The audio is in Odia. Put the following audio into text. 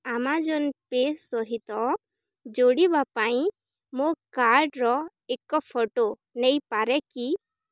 ଆମାଜନ୍ ପେ ସହିତ ଯୋଡ଼ିବା ପାଇଁ ମୋ କାର୍ଡ଼ର ଏକ ଫଟୋ ନେଇପାରେ କି